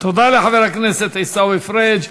תודה לחבר הכנסת עיסאווי פריג'.